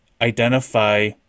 identify